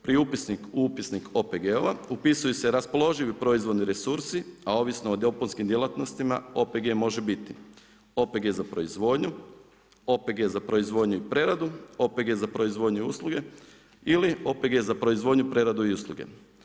Pri upisnik i upisnik OPG-ova upisuju se raspoloživi proizvodni resursi, a ovisni o dopunskim djelatnostima, OPG može biti OPG za proizvodnju, OPG za proizvodnju i preradu, OPG za proizvodnju usluge ili OPG za proizvodniju, preradu i usluge.